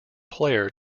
player